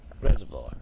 Reservoir